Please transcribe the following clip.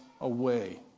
away